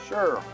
Sure